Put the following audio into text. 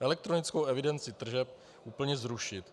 Elektronickou evidenci tržeb úplně zrušit.